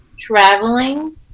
traveling